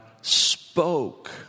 spoke